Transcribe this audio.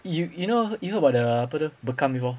you you know you know about the apa the bekam before